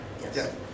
Yes